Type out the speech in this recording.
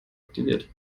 aktiviert